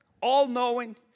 all-knowing